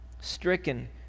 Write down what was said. stricken